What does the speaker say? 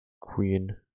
Queen